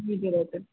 हजुर हजुर